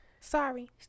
Sorry